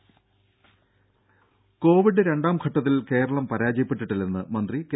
ദേദ കോവിഡ് രണ്ടാം ഘട്ടത്തിൽ കേരളം പരാജയപ്പെട്ടിട്ടില്ലെന്ന് മന്ത്രി കെ